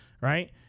right